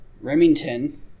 Remington